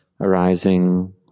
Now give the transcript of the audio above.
arising